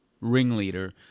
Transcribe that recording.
ringleader